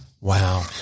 Wow